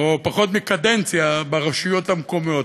או פחות מקדנציה ברשויות המקומיות.